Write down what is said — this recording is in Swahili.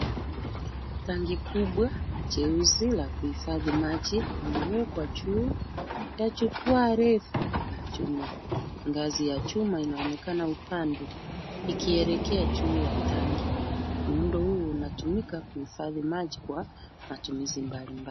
Tangi kubwa jeusi la kuhifadhi maji ni imewekwa juu, ya jukua refu, ya chuma. Ngazi ya chuma inaonekana upande. Ikielekea juu ya tangi. Muundo huu unatumika kuhifadhi maji kwa matumizi mbalimbali.